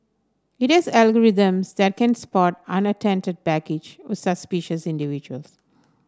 it is algorithms that can spot unattended baggage or suspicious individuals